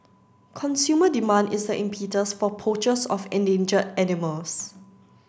consumer demand is the impetus for poachers of endangered animals